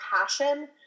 passion